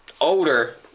older